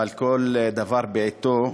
אבל כל דבר בעתו.